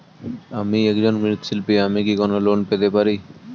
আমি একজন মৃৎ শিল্পী আমি কি কোন লোন পেতে পারি?